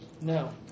No